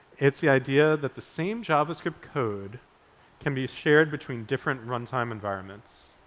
it's the idea that the same javascript code can be shared between different runtime environments.